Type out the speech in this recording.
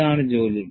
ഇതാണ് ജോലി